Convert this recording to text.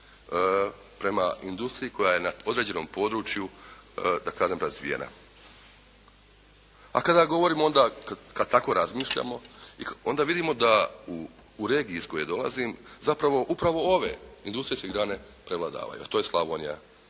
prema industriji koja je na određenom području da kažem razvijena. A kada govorimo onda, kad tako razmišljamo onda vidimo da u regiji iz koje dolazim zapravo upravo ove industrijske grane prevladavaju, a to je Slavonija